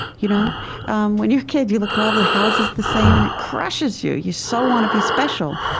you know um when you're a kid, you look at all the houses the same, and it crushes you. you so want to be special.